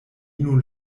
nun